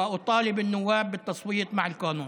ואני דורש מחברי הכנסת להצביע בעד החוק.)